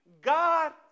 God